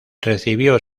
recibió